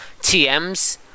TMs